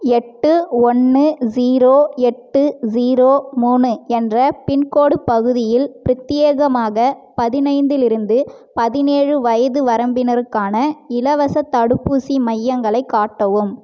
எட்டு ஒன்று ஜீரோ எட்டு ஜீரோ மூணு என்ற பின்கோட் பகுதியில் பிரத்யேகமாக பதினைந்திலிருந்து பதினேழு வயது வரம்பினருக்கான இலவசத் தடுப்பூசி மையங்களை காட்டவும்